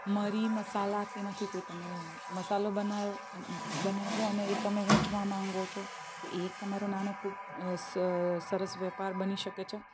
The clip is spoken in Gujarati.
મરી મસાલા કે એમાંથી કોઈ તમે મસાલો બનાયો અને બનાવ્યા અને તમે વેચવા માંગો છો તો એ તમારો નાનો સરસ વેપાર બની શકે છે